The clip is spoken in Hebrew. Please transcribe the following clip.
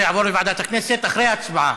זה יעבור לוועדת הכנסת אחרי ההצבעה.